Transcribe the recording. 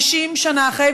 50 שנה אחרי,